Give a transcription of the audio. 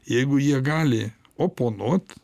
jeigu jie gali oponuot